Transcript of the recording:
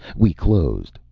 we closed.